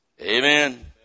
Amen